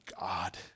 God